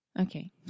Okay